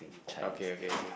okay okay okay